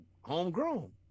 homegrown